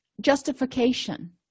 Justification